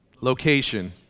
location